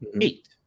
eight